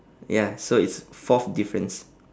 ya so it's fourth difference